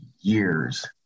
years